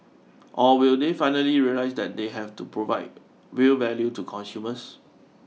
or will they finally realise that they have to provide real value to consumers